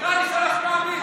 תקרא לי שלוש פעמים.